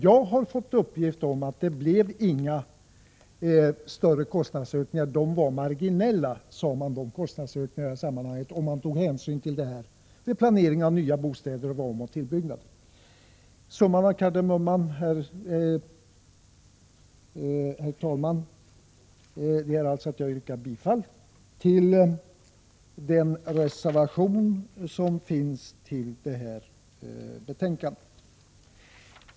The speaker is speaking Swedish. Jag har fått uppgift om att det där inte lett till några större kostnadsökningar — dessa kostnadsökningar var marginella vid planering av nya bostäder och vid omoch tillbyggnader. Summan av kardemumman, herr talman, är att jag yrkar bifall till den reservation som är fogad till betänkandet.